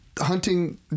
Hunting